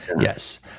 Yes